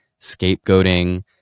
scapegoating